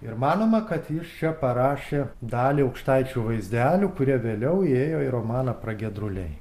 ir manoma kad jis čia parašė dalį aukštaičių vaizdelių kurie vėliau įėjo į romaną pragiedruliai